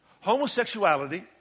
Homosexuality